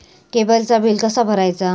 केबलचा बिल कसा भरायचा?